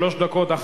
שלוש דקות.